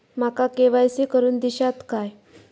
माका के.वाय.सी करून दिश्यात काय?